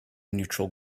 neutral